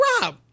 Rob